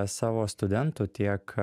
savo studentų tiek